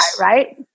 right